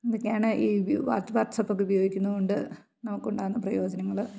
ഇതൊക്കെയാണ് ഈ വാട്സആപ്പൊക്കെ ഉപയോഗിക്കുന്നത് കൊണ്ട് നമുക്ക് ഉണ്ടാകുന്ന പ്രയോജനങ്ങൾ